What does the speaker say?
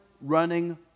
running